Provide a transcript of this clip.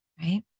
Right